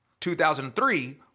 2003